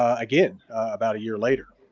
again, about a year later.